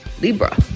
Libra